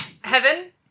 Heaven